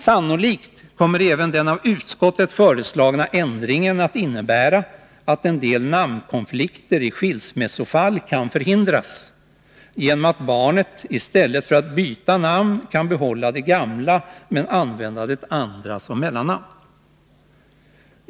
Sannolikt kommer även den av utskottet föreslagna ändringen att innebära att en del namnkonflikter i skilsmässofall kan förhindras genom att barnet i stället för att byta namn kan behålla det gamla men använda det andra som mellannamn.